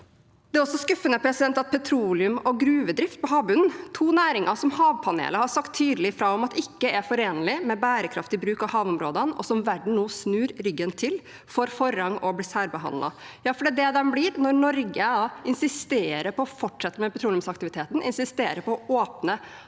Det er også skuffende at petroleum og gruvedrift på havbunnen, to næringer som havpanelet har sagt tydelig fra om at ikke er forenlige med bærekraftig bruk av havområdene, og som verden nå snur ryggen til, får forrang og blir særbehandlet. Ja, for det er det de blir når Norge insisterer på å fortsette med petroleumsaktiviteten og insisterer på å åpne